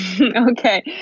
Okay